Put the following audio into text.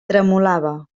tremolava